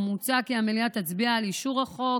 ומוצע כי המליאה תצביע על אישור החוק.